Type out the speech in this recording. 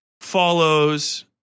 follows